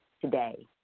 today